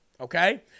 okay